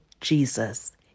Jesus